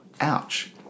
ouch